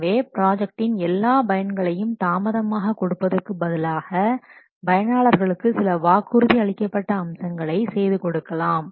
எனவே ப்ராஜெக்டின் எல்லா பயன்களையும் தாமதமாக கொடுப்பதற்கு பதிலாக பயனாளர்களுக்கு சில வாக்குறுதி அளிக்கப்பட்ட அம்சங்களை செய்து கொடுக்கலாம்